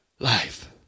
Life